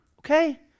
Okay